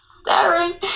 staring